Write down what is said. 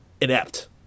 inept